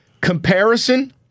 Comparison